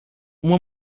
uma